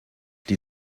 die